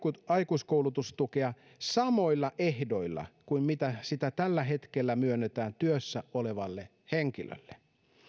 aikuiskoulutustukea samoilla ehdoilla kuin mitä sitä tällä hetkellä myönnetään työssä olevalle henkilölle